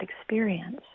experience